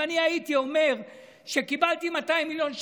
אם אני הייתי אומר שקיבלתי 200 מיליון שקל,